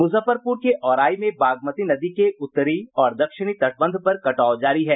मुजफ्फरपुर के औराई में बागमती नदी के उत्तरी और दक्षिणी तटबंध पर कटाव जारी है